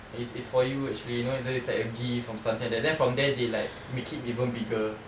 is is for you actually you know it's though it's a gift or something like that then from there they like make it even bigger